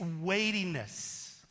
weightiness